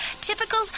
Typical